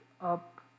up